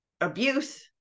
abuse